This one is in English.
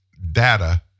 data